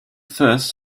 first